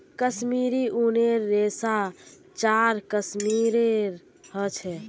कश्मीरी ऊनेर रेशा चार किस्मेर ह छे